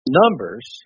numbers